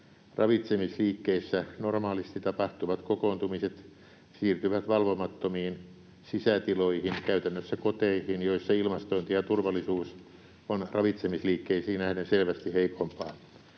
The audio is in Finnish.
ravitsemisliikkeissä normaalisti tapahtuvat kokoontumiset siirtyvät valvomattomiin sisätiloihin, käytännössä koteihin, joissa ilmastointi ja turvallisuus ovat ravitsemisliikkeisiin nähden selvästi heikompia.